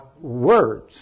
words